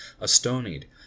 astonied